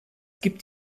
gibt